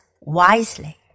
WISELY